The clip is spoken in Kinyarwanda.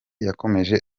yakomeje